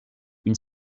une